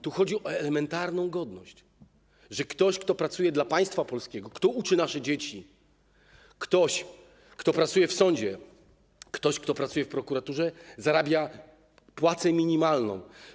Tu chodzi o elementarną godność, o to, że ktoś, kto pracuje dla państwa polskiego, kto uczy nasze dzieci, ktoś, kto pracuje w sądzie, ktoś, kto pracuje w prokuraturze, zarabia płacę minimalną.